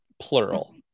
plural